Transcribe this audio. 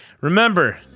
remember